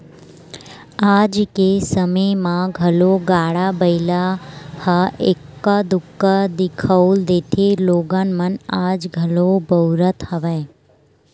आज के समे म घलो गाड़ा बइला ह एक्का दूक्का दिखउल देथे लोगन मन आज घलो बउरत हवय